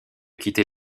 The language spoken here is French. quitter